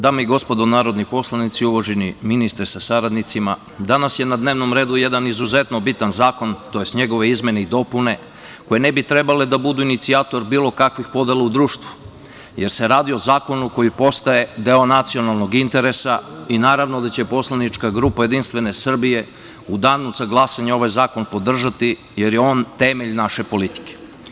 Dame i gospodo narodni poslanici, uvaženi ministre sa saradnicima, danas je na dnevnom redu jedan izuzetno bitan zakon tj. njegove izmene i dopune koje ne bi trebale da budu inicijator bilo kakvih podela u društvu, jer se radi o zakonu koji postaje deo nacionalnog interesa i naravno da će poslanička grupa Jedinstvene Srbije u danu za glasanje ovaj zakon podržati, jer je on temelj naše politike.